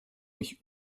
mich